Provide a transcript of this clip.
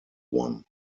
one